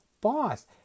boss